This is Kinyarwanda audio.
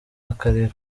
akarira